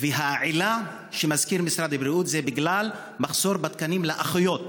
העילה שמזכיר משרד הבריאות היא מחסור בתקנים לאחיות.